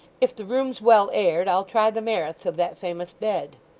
if the room's well aired, i'll try the merits of that famous bed